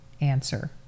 answer